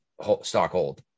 Stockhold